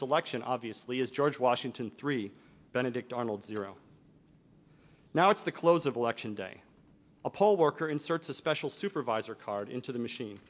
this election obviously is george washington three benedict arnolds zero now it's the close of election day a poll worker inserts a special supervisor card into the machine